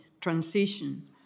transition